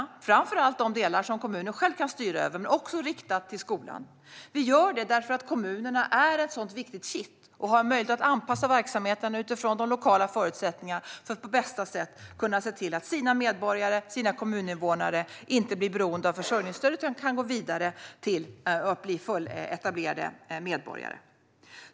De går framför allt till de delar som kommunerna själva kan styra över, men det riktas också till skolan. Vi gör detta för att kommunerna är ett viktigt kitt och har möjlighet att anpassa verksamheten utifrån de lokala förutsättningarna. De kan på bästa sätt se till att de egna medborgarna, kommuninvånarna, inte blir beroende av försörjningsstöd utan kan gå vidare till att bli fulletablerade medborgare.